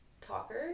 talker